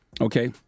okay